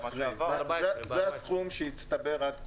זה הסכום שהצטבר עד כה.